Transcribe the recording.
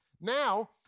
Now